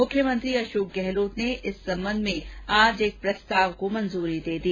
मुख्यमंत्री अशोक गहलोत ने इस संबंध में आज एक प्रस्ताव को मंजूरी दे दी